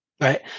Right